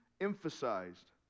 emphasized